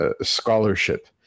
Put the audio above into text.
scholarship